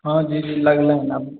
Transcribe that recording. हँ दीदी